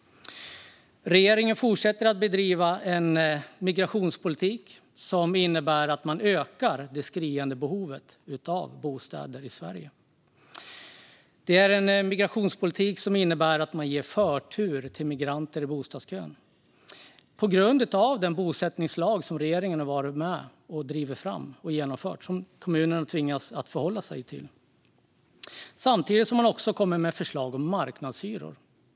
Regeringen fortsätter att bedriva en migrationspolitik som innebär att man ökar det skriande behovet av bostäder i Sverige. Det är en migrationspolitik som innebär att man ger förtur till migranter i bostadskön. Så är det på grund av den bosättningslag som regeringen har varit med och drivit fram och genomfört och som kommunerna tvingas att förhålla sig till. Samtidigt kommer man med förslag om marknadshyror.